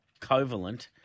Covalent